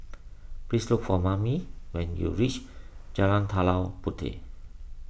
please look for Mame when you reach Jalan Tanah Puteh